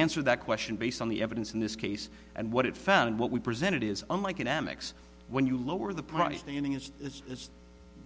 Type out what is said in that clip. answered that question based on the evidence in this case and what it found and what we presented is unlike an amex when you lower the price the ending is this is